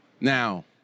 now